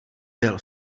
byl